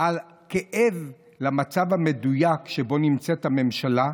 עד כאב למצב המדויק שבו נמצאת הממשלה,